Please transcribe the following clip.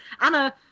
Anna